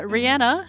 Rihanna